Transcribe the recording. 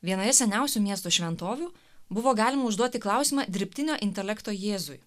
vienoje seniausių miesto šventovių buvo galima užduoti klausimą dirbtinio intelekto jėzui